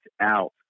out